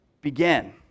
began